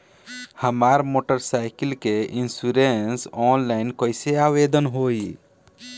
हमार motorcycle के insurance online कईसे आवेदन होई?